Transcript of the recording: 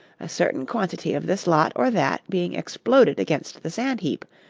a certain quantity of this lot or that being exploded against the sand-heap,